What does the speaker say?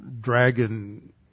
dragon